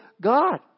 God